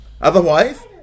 Otherwise